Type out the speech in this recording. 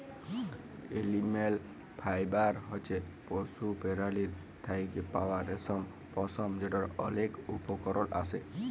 animal fibre হছে পশু পেরালীর থ্যাকে পাউয়া রেশম, পশম যেটর অলেক উপকরল আসে